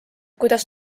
kuidas